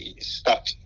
stuck